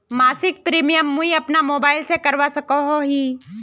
मासिक प्रीमियम मुई अपना मोबाईल से करवा सकोहो ही?